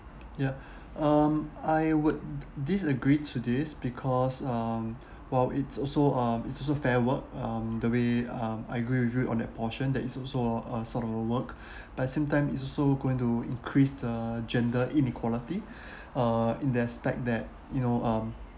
ya um I would disagree to this because um while it's also uh it's also fair work um that we um I agree with you on that portion that is also uh a sort of a work but at the same time is also going to increase the gender inequality uh in the aspect that you know um